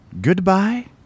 Goodbye